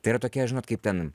tai yra tokia žinot kaip ten